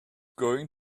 going